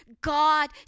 God